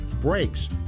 Brakes